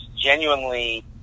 genuinely